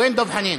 איפה דב חנין?